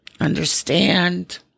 Understand